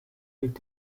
liegt